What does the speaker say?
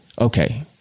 Okay